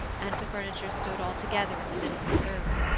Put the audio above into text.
and the furniture stood all together in the middle of the room.